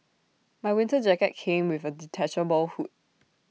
my winter jacket came with A detachable hood